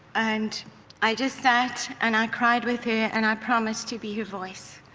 and i just sat and i cried with her and i promised to be her voice,